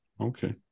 Okay